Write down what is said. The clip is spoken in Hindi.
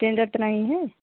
टेण्डर तो नहीं है